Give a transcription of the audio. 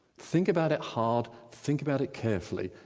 think about it hard, think about it carefully,